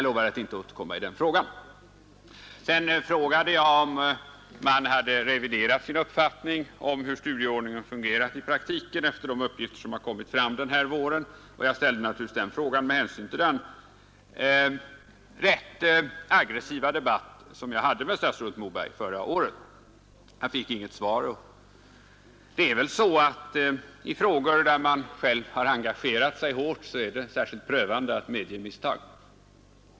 Jag frågade sedan om man hade reviderat sin uppfattning om hur studieordningen fungerat i praktiken efter de uppgifter som har kommit fram under den här våren, och jag ställde naturligtvis den frågan med hänsyn till den rätt aggressiva debatt som jag hade med statsrådet Moberg förra året. Jag fick inget svar, och det är väl så att i frågor där man själv har engagerat sig hårt är det särskilt prövande att medge misstag.